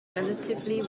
relatively